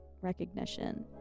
recognition